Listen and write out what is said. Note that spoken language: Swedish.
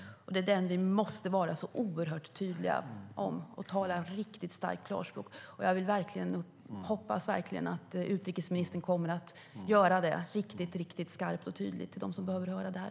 Det är där vi måste vara oerhört tydliga och tala ett riktigt starkt klarspråk. Jag hoppas verkligen att utrikesministern kommer att vara riktigt skarp och tydlig för dem som behöver höra det här.